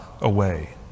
away